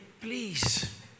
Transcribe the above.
please